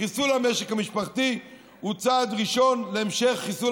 חיסול המשק המשפחתי הוא צעד ראשון להמשך חיסול